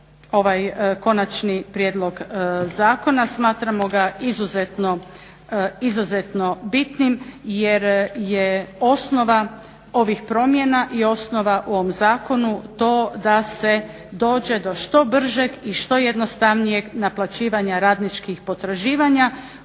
konačni prijedlog zakona. Smatramo ga izuzetno bitnim jer je osnova ovih promjena i osnova u ovom zakonu to da se dođe do što bržeg i što jednostavnijeg naplaćivanja radničkih potraživanja